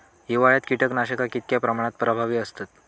हिवाळ्यात कीटकनाशका कीतक्या प्रमाणात प्रभावी असतत?